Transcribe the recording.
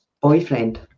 boyfriend